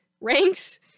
ranks